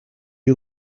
you